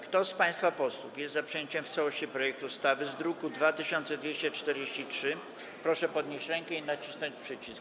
Kto z państwa posłów jest za przyjęciem w całości projektu ustawy z druku nr 2243, proszę podnieść rękę i nacisnąć przycisk.